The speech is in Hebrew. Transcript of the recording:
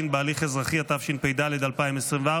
הוועדה לזכויות הילד,